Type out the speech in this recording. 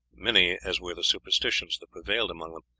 many as were the superstitions that prevailed among them.